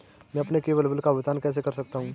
मैं अपने केवल बिल का भुगतान कैसे कर सकता हूँ?